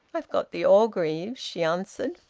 i've got the orgreaves, she answered.